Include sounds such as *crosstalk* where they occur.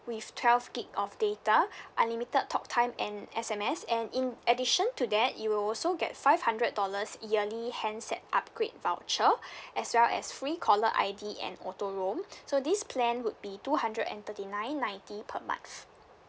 with twelve gig of data unlimited talk time and S_M_S and in addition to that you'll also get five hundred dollars yearly handset upgrade voucher *breath* as well as free caller I_D and auto roam so this plan would be two hundred and thirty nine ninety per month